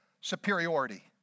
superiority